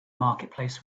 marketplace